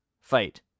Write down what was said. fight